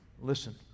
Listen